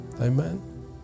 Amen